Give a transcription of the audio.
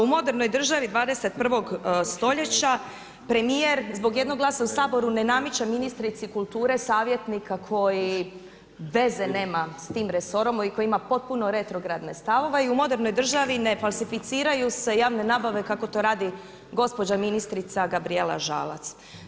U modernoj državi 21. stoljeća premijer zbog jednog glasa u Saboru ne nameće ministrici kulture savjetnika koji veze nema sa tim resorom, koji ima potpuno retrogradne stavove i u modernoj državi ne falsificiraju se javne nabave kako to radi gospođa ministrica Gabrijela Žalac.